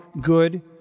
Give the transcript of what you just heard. good